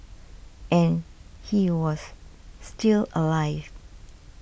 and he was still alive